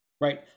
right